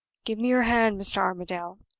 give me your hand, mr. armadale!